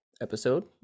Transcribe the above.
episode